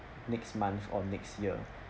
next month or next year